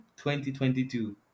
2022